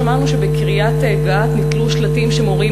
שמענו שבבית-הקברות בקריית-גת נתלו שלטים שמורים